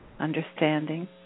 understanding